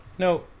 No